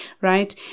right